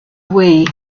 wii